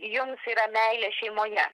jums yra meilė šeimoje